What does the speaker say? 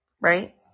right